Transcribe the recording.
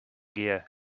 gear